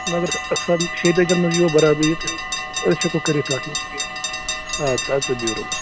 مگر سۅ شیٚتٲجی ہَن منٛز یِیَو برابری تہٕ أسۍ ہیٚکو کٔرِتھ تَتھ منٛز اَدٕ سا اَدٕ سا بِہِو رۄبَس حوال